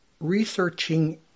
researching